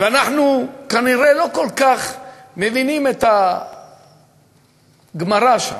ואנחנו כנראה לא כל כך מבינים את הגמרא, שם,